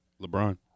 LeBron